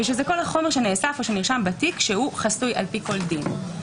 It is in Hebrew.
וזה כל החומר שנאסף או שנרשם בתיק שחסוי על פי כל דין.